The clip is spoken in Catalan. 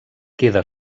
queda